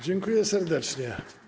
Dziękuję serdecznie.